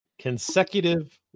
consecutive